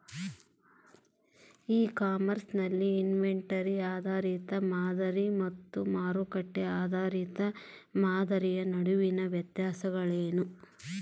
E commerce ನಲ್ಲಿ inventory ಆಧಾರಿತ ಮಾದರಿ ಮತ್ತು ಮಾರುಕಟ್ಟೆ ಆಧಾರಿತ ಮಾದರಿಯ ನಡುವಿನ ವ್ಯತ್ಯಾಸಗಳೇನು?